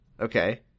Okay